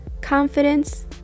confidence